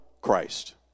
Christ